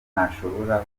ntashobora